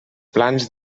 plans